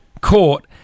court